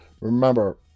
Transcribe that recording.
remember